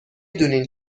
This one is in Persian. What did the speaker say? دونین